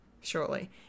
shortly